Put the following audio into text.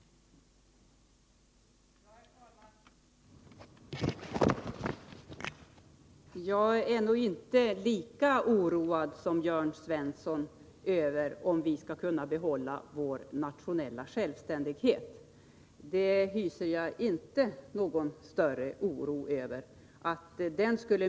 8 6 Riksdagens protokoll 1982/83:33